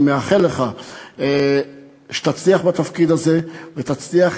אני מאחל לך שתצליח בתפקיד הזה ותצליח